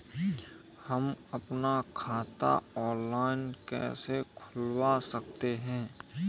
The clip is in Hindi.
हम अपना खाता ऑनलाइन कैसे खुलवा सकते हैं?